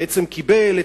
ובעצם קיבל,